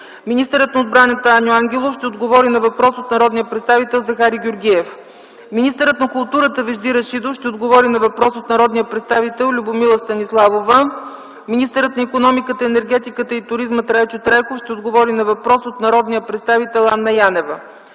Министърът на отбраната Аню Ангелов ще отговори на въпрос от народния представител Захари Георгиев. Министърът на културата Вежди Рашидов ще отговори на въпрос от народния представител Любомила Станиславова. Министърът на икономиката, енергетиката и туризма Трайчо Трайков ще отговори на въпрос от народния представител Анна Янева.